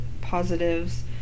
positives